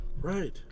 Right